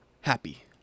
happy